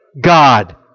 God